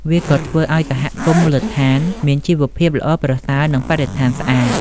វាក៏ធ្វើឱ្យសហគមន៍មូលដ្ឋានមានជីវភាពល្អប្រសើរ និងបរិស្ថានស្អាត។